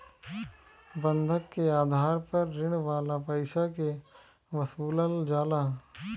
बंधक के आधार पर ऋण वाला पईसा के वसूलल जाला